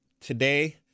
today